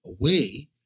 away